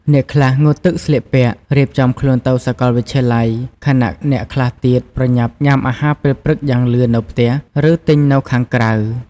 អ្នកខ្លះងូតទឹកស្លៀកពាក់ រៀបចំខ្លួនទៅសាកលវិទ្យាល័យ ខណៈអ្នកខ្លះទៀតប្រញាប់ញ៉ាំអាហារពេលព្រឹកយ៉ាងលឿននៅផ្ទះ ឬទិញនៅខាងក្រៅ។